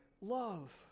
love